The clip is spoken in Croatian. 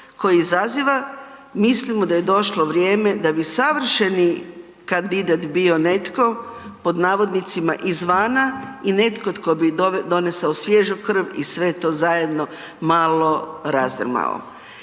koje izaziva, mislimo daj e došlo vrijem da bi savršeni kandidat bio netko „izvana“ i netko tko bi donesao svježu krv i sve to zajedno malo razdrmao.